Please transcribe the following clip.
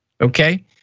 Okay